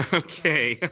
okay.